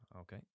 Okay